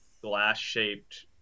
glass-shaped